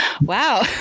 Wow